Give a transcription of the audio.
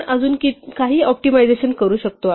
आपण अजून काही ऑप्टिमायझेशन करू शकतो